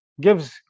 gives